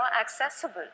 accessible